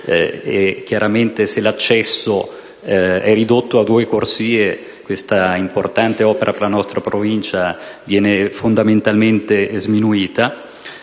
chiaramente, se l'accesso è ridotto a due corsie, questa importante opera per la nostra Provincia viene fondamentalmente sminuita.